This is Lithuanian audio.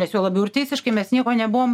nes juo labiau ir teisiškai mes nieko nebuvom